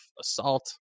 assault